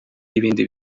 y’ibindi